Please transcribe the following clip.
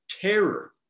terror